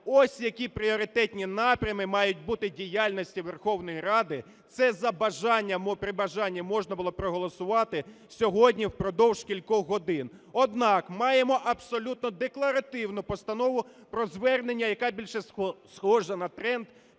Ось які пріоритетні напрями мають бути в діяльності Верховної Ради. Це при бажанні можна було б проголосувати сьогодні впродовж кількох годин. Однак маємо абсолютно декларативну постанову про звернення, яка більше схожа на тренд: